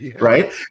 Right